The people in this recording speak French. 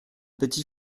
petit